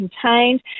contained